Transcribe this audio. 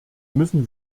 müssen